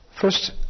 First